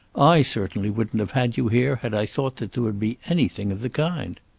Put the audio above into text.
i certainly wouldn't have had you here had i thought that there would be anything of the kind.